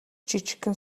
жижигхэн